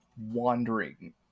wandering